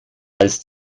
als